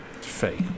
Fake